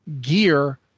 gear